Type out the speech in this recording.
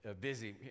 busy